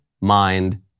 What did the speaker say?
mind